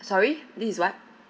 sorry this is what